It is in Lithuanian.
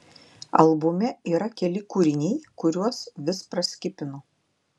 albume yra keli kūriniai kuriuos vis praskipinu